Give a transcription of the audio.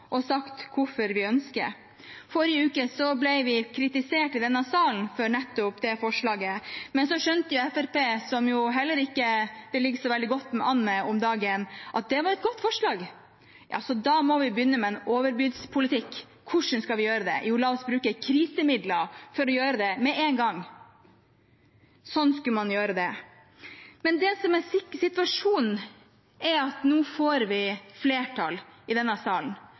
og sagt hvorfor vi ønsker. Forrige uke ble vi kritisert i denne salen for nettopp det forslaget, men så skjønte Fremskrittspartiet, som jo heller ikke ligger så veldig godt an om dagen, at det var et godt forslag – så da må vi begynne med en overbudspolitikk. Hvordan skal vi gjøre det? Jo, la oss bruke krisemidler for å gjøre det med en gang. Sånn skulle man gjøre det. Men det som er situasjonen, er at vi nå får flertall i denne salen.